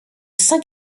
saint